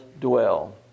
dwell